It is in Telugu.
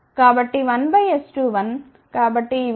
కాబట్టి 1S21 కాబట్టి ఈ విలువ పెరుగుతుంది